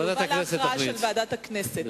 זה יובא להכרעה של ועדת הכנסת.